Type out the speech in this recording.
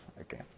Okay